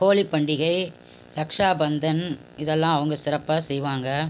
ஹோலிப் பண்டிகை ரக்க்ஷாபந்தன் இதெல்லாம் அவங்க சிறப்பாக செய்வாங்க